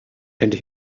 and